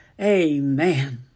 Amen